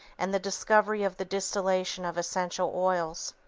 and the discovery of the distillation of essential oils.